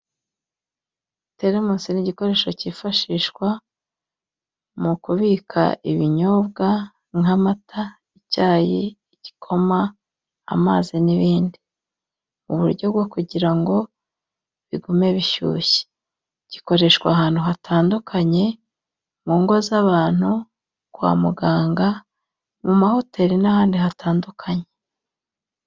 Teremusi ni igikoresho cyifashishwa mu kubika ibinyobwa, nk'amata, icyayi, igikoma, amazi, n'ibindi. Mu buryo bwo kugira ngo bigume bishyushye. Gikoreshwa ahantu hatandukanye, mu ngo z'abantu, kwa muganga, mu mahoteri, n'ahandi hatandukanye.